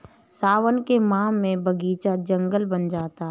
सावन के माह में बगीचा जंगल बन जाता है